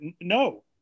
No